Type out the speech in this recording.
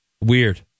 weird